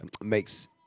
makes